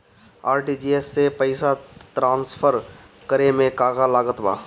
RTGS से पईसा transfer करे मे का का लागत बा?